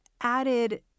added